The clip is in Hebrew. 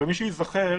מי שזוכר,